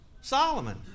Solomon